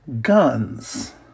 guns